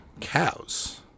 Cows